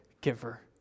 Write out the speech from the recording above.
giver